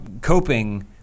coping